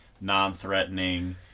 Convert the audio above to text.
non-threatening